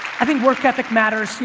i think work ethic matters,